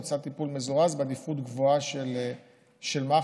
סל טיפול מזורז בעדיפות גבוהה של מח"ש,